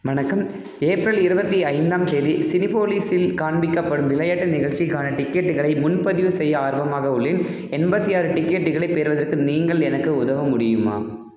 வணக்கம் ஏப்ரல் இருபத்தி ஐந்தாம் தேதி சினிபோலிஸில் காண்பிக்கப்படும் விளையாட்டு நிகழ்ச்சிக்கான டிக்கெட்டுகளை முன்பதிவு செய்ய ஆர்வமாக உள்ளேன் எண்பத்தி ஆறு டிக்கெட்டுகளை பெறுவதற்கு நீங்கள் எனக்கு உதவ முடியுமா